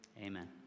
Amen